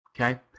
Okay